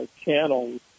channels